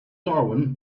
darwin